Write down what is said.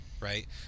right